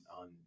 on